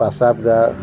পাচাবগাৰ